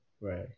Right